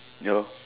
no